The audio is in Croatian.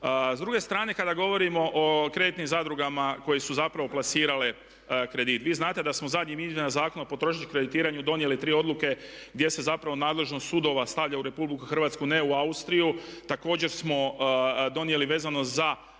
S druge strane, kada govorimo o kreditnim zadrugama koje su zapravo plasirale kredit. Vi znate da smo zadnjim izmjenama Zakona o potrošačkom kreditiranju donijeli tri odluke gdje se zapravo nadležnost sudova stavlja u Republiku Hrvatsku, ne u Austriju. Također smo donijeli vezano za ovrhu te